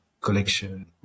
collection